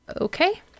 Okay